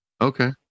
Okay